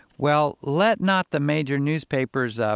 well, let not the major newspapers, um